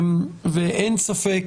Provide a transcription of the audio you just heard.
אין ספק